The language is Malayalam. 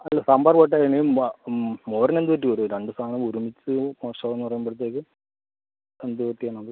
അല്ല സാമ്പാറ് പോട്ടെ ഇനിയും ആ മോരിനെന്ത് പറ്റി പോലും രണ്ട് സാധനം ഒരുമിച്ച് മോശമാണെന്ന് പറയുമ്പോഴത്തേക്ക് എന്തു പറ്റി എന്നത്